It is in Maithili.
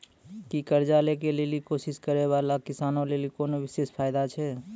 कि कर्जा लै के लेली कोशिश करै बाला किसानो लेली कोनो विशेष फायदा छै?